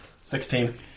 Sixteen